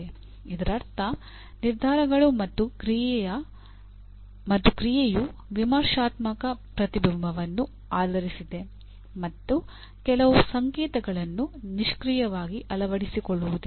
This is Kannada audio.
ಇದರರ್ಥ ನಿರ್ಧಾರಗಳು ಮತ್ತು ಕ್ರಿಯೆಯು ವಿಮರ್ಶಾತ್ಮಕ ಪ್ರತಿಬಿಂಬವನ್ನು ಆಧರಿಸಿದೆ ಮತ್ತು ಕೆಲವು ಸಂಕೇತಗಳನ್ನು ನಿಷ್ಕ್ರಿಯವಾಗಿ ಅಳವಡಿಸಿಕೊಳ್ಳುವುದಿಲ್ಲ